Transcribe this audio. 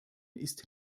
ist